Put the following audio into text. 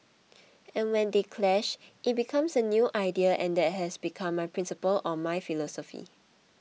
and when they clash it becomes a new idea and that has become my principle or my philosophy